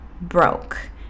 broke